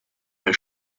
der